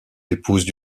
épouses